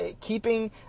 keeping